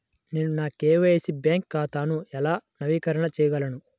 నేను నా KYC bank ఖాతాను ఎలా నవీకరణ చేయగలను?